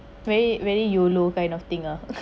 very very yolo kind of thing ah